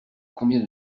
combien